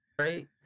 Right